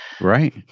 Right